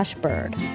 Bird